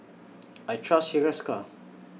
I Trust Hiruscar